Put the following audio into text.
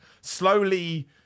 slowly